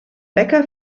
bäcker